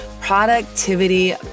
productivity